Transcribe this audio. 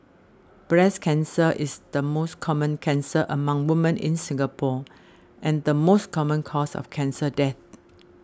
breast cancer is the most common cancer among women in Singapore and the most common cause of cancer death